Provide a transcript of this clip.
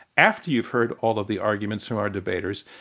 after you've heard all of the arguments from our debaters.